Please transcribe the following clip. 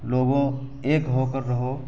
لوگوں ایک ہو کر رہو